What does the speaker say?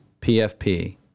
PFP